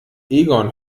egon